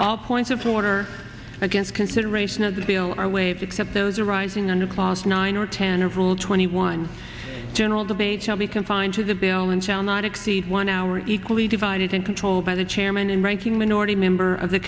all points of order against consideration of the bill are waived except those arising under clause nine or ten or twenty one general debate shall be confined to the bill and shall not exceed one hour equally divided and controlled by the chairman and ranking minority member of the